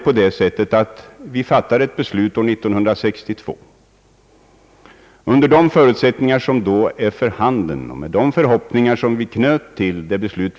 Vi fattade ett beslut år 1962 under de förutsättningar som då var för handen och med de förhoppningar som vi knöt till det.